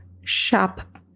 shop